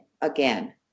again